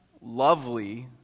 lovely